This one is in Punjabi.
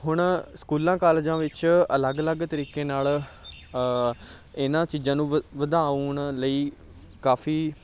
ਹੁਣ ਸਕੂਲਾਂ ਕਾਲਜਾਂ ਵਿੱਚ ਅਲੱਗ ਅਲੱਗ ਤਰੀਕੇ ਨਾਲ ਇਹਨਾਂ ਚੀਜ਼ਾਂ ਨੂੰ ਵਧਾ ਵਧਾਉਣ ਲਈ ਕਾਫੀ